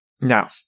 Now